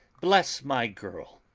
bless my girl!